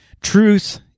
Truth